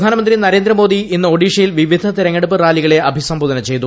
പ്രധാനമന്ത്രി നരേന്ദ്രമോദി ഇന്ന് ഒഡീഷയിൽ വിവിധ തെരഞ്ഞെടുപ്പ് റാലികളെ അഭിസംബോധന ചെയ്തു